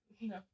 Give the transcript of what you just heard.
No